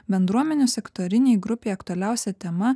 bendruomenės sektorinei grupei aktualiausia tema